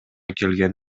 келген